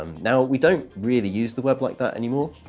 um now, we don't really use the web like that anymore.